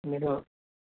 मेरो